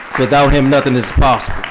without him, nothing is possible.